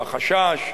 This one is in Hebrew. לחשש,